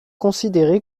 considéré